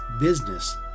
business